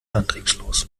antriebslos